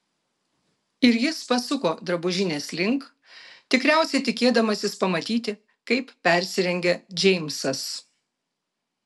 ir jis pasuko drabužinės link tikriausiai tikėdamasis pamatyti kaip persirengia džeimsas